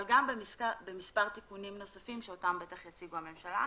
אבל גם במספר תיקונים נוספים שאותם בוודאי יציגו נציגי הממשלה.